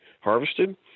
harvested